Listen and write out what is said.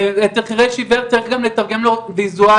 אצל חירש עיוור צריך גם לתרגם לו ויזואלית,